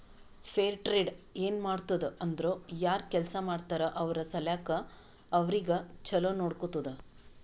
fair trade ಏನ್ ಮಾಡ್ತುದ್ ಅಂದುರ್ ಯಾರ್ ಕೆಲ್ಸಾ ಮಾಡ್ತಾರ ಅವ್ರ ಸಲ್ಯಾಕ್ ಅವ್ರಿಗ ಛಲೋ ನೊಡ್ಕೊತ್ತುದ್